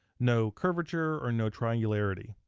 no curvature, or no triangularity.